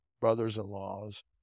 brothers-in-laws